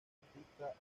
artista